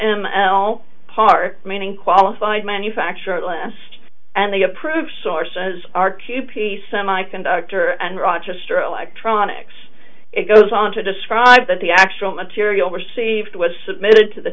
m l part meaning qualified manufacturer list and the approved sources are kewpie semiconductor and rochester electronics it goes on to describe but the actual material received was submitted t